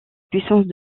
puissance